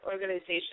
organization